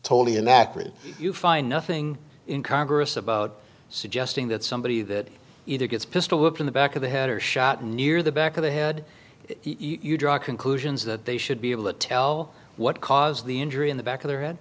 totally inaccurate you find nothing in congress about suggesting that somebody that either gets pistol whipped in the back of the head or shot near the back of the head you draw conclusions that they should be able to tell what caused the injury in the back of their head